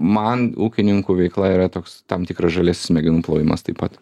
man ūkininkų veikla yra toks tam tikras žaliasis smegenų plovimas taip pat